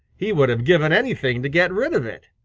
he would have given anything to get rid of it.